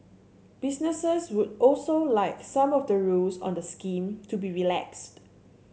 businesses would also like some of the rules on the scheme to be relaxed